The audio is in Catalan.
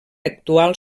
actual